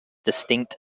distinct